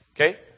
Okay